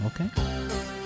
okay